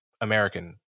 American